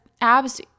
abs